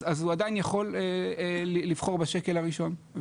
אז הוא עדיין יכול לבחור בשקל הראשון,